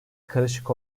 karışık